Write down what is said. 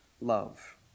love